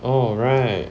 oh right